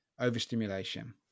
overstimulation